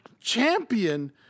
champion